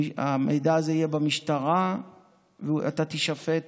המידע הזה יהיה במשטרה ואתה תישפט